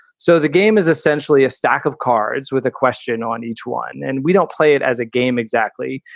so the game is essentially a stack of cards cards with a question on each one. and we don't play it as a game. exactly.